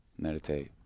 meditate